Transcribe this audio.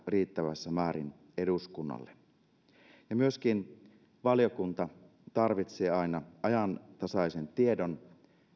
riittävässä määrin eduskunnalle myöskin valiokunta tarvitsee aina ajantasaisen tiedon